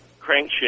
Crankshaft